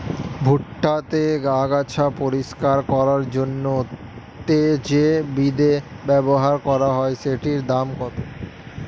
ভুট্টা তে আগাছা পরিষ্কার করার জন্য তে যে বিদে ব্যবহার করা হয় সেটির দাম কত?